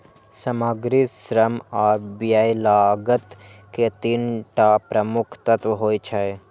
सामग्री, श्रम आ व्यय लागत के तीन टा प्रमुख तत्व होइ छै